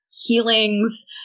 healings